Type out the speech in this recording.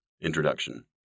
Introduction